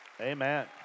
Amen